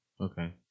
Okay